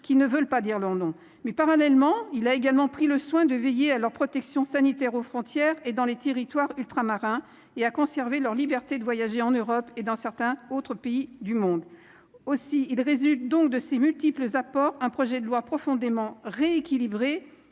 ne voulant pas dire leur nom. Il a toutefois pris le soin de veiller à leur protection sanitaire aux frontières et dans les territoires ultramarins et de préserver leur liberté de voyager en Europe et dans certains autres pays du monde. Il résulte de ces multiples apports un projet de loi profondément rééquilibré,